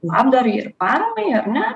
labdarai ir paramai ar ne